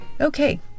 Okay